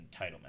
entitlement